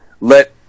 let